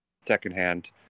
secondhand